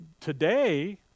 today